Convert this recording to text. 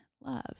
love